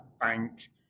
bank